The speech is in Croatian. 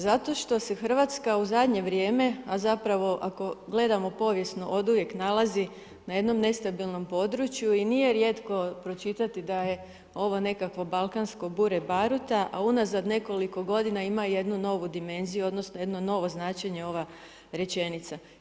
Zato što se Hrvatska u zadnje vrijeme, a zapravo ako gledamo povijesno oduvijek nalazi na jednom nestabilnom području i nije rijetko pročitati da je ovo nekakvo balkansko bure baruta, a unazad nekoliko godina ima jednu novu dimenziju odnosno jedno novo značenje ova rečenica.